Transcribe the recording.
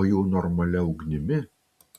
o jau normalia ugnimi